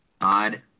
odd